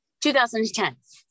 2010